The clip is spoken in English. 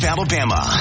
Alabama